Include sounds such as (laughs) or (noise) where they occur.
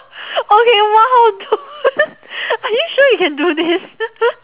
okay !wow! dude (laughs) are you sure you can do this (laughs)